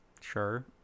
sure